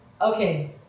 Okay